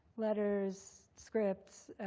letters, scripts.